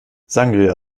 sangria